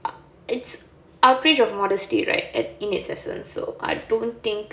it's outrage of modesty right at in its essence so I don't think